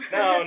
no